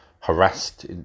harassed